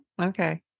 Okay